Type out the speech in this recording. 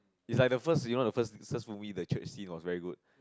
is like the first you know first first movie the church scene was very good